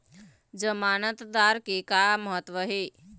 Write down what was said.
जमानतदार के का महत्व हे?